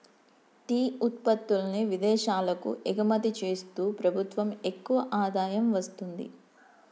tea ఉత్పత్తుల్ని విదేశాలకు ఎగుమతి చేస్తూ ప్రభుత్వం ఎక్కువ ఆదాయం వస్తుంది